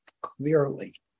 clearly